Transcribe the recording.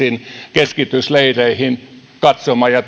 keskitysleireihin katsomaan ja